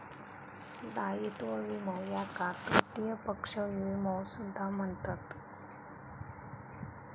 दायित्व विमो याका तृतीय पक्ष विमो सुद्धा म्हणतत